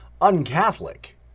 un-Catholic